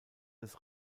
des